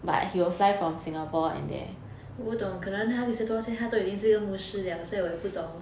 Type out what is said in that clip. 我不懂可能他六十多岁他可能都是一个牧师 [liao] 所以我也不懂